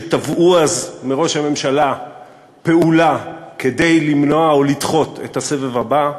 שתבעו אז מראש הממשלה פעולה כדי למנוע או לדחות את הסבב הבא.